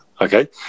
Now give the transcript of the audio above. okay